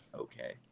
okay